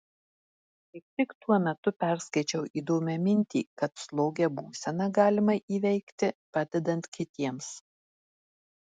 kaip tik tuo metu perskaičiau įdomią mintį kad slogią būseną galima įveikti padedant kitiems